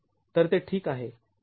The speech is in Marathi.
तर ते ठीक आहे